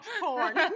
porn